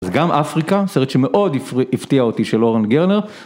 אז גם אפריקה, סרט שמאוד הפתיע אותי של אורן גרנר.